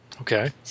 Okay